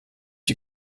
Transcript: die